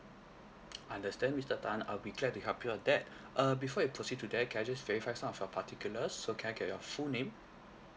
understand mister tan I'll be glad to help you on that err before I proceed to that can I just verify some of your particulars so can I get your full name